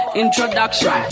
introduction